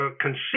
conceive